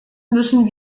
müssen